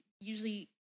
usually